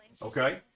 okay